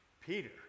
Peter